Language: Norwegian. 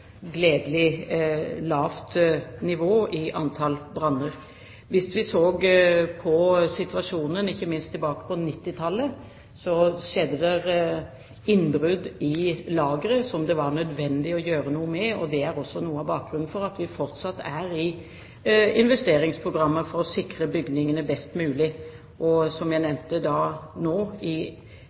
gledelig lavt nivå i antall branner. Hvis vi ser på situasjonen – ikke minst tilbake på 1990-tallet – skjedde det innbrudd i lagre, som det var nødvendig å gjøre noe med. Det er også noe av bakgrunnen for at vi fortsatt er i investeringsprogrammet for å sikre bygningene best mulig, og som jeg nevnte nå, i